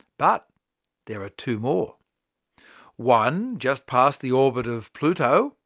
but there are two more one just past the orbit of pluto,